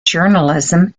journalism